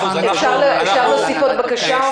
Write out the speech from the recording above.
נדון אחר כך.